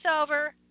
over